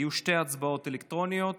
יהיו שתי הצבעות אלקטרוניות.